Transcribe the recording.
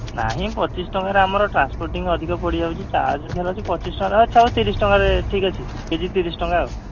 ନାହିଁ ପଚିଶ ଟଙ୍କାରେ ଆମର ଟ୍ରାନ୍ସପୋର୍ଟିଂ ଅଧିକ ପଡ଼ିଯାଉଛି ଚାର୍ଜ୍ ଧରାହେଉଛି ପଚିଶ ଟଙ୍କା ଲେଖାଏଁ ଆଚ୍ଛା ହଉ ତିରିଶ ଟଙ୍କାରେ ଠିକ୍ ଅଛି ଦେବି ତିରିଶ ଟଙ୍କା ଆଉ